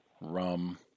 rum